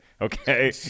Okay